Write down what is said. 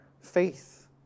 faith